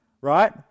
Right